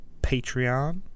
Patreon